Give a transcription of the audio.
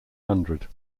hundred